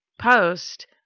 post